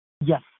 Yes